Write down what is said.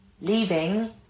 leaving